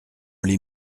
les